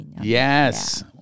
Yes